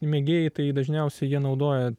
mėgėjai tai dažniausiai jie naudoja